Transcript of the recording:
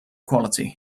quality